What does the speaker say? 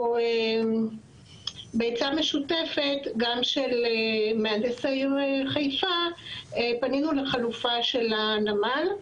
בעצה משותפת גם של מהנדס העיר חיפה פנינו לחלופה של הנמל,